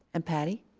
and patti.